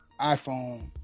iPhone